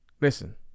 Listen